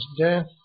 death